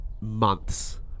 months